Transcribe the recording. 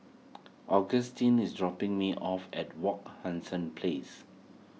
Agustin is dropping me off at Wak Hassan Place